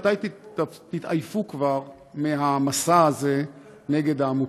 מתי תתעייפו כבר מהמסע הזה נגד העמותות?